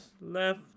left